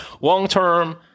long-term